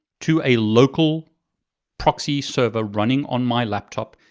to a local proxy server running on my laptop,